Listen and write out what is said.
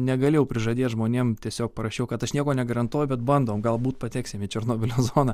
negalėjau prižadėt žmonėm tiesiog parašiau kad aš nieko negarantuoju bet bandom galbūt pateksim į černobylio zoną